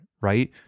right